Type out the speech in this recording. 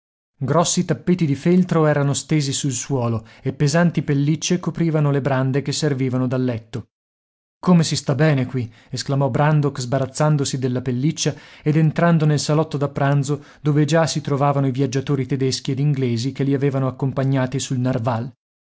grossi tappeti di feltro erano stesi sul suolo e pesanti pellicce coprivano le brande che servivano da letto come si sta bene qui esclamò brandok sbarazzandosi della pelliccia ed entrando nel salotto da pranzo dove già si trovavano i viaggiatori tedeschi ed inglesi che li avevano accompagnati sul narval